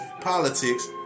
politics